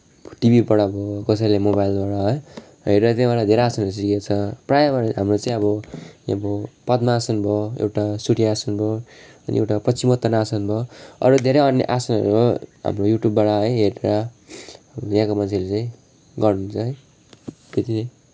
टिभीबाट भयो कसैले मोबाइलबाट है हेरेर त्यहाँबाट धेरै आसनहरू सिकेको छ प्रायः अब हाम्रो चाहिँ अब अब पद्मासन भयो एउटा सूर्यासन भयो अनि एउटा पश्चिमोत्तासन भयो अरू धेरै अन्य आसनहरू अब युट्युबहरूबाट है हेरेर यहाँको मान्छेले चाहिँ गर्नुहुन्छ है त्यत्ति नै